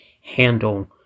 handle